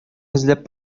эзләп